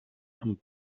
amb